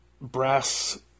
brass